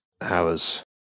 Hours